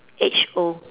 age old